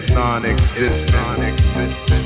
non-existent